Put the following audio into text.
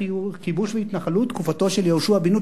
כיבוש והתנחלות בתקופתו של יהושע בן נון,